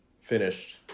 finished